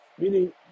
Meaning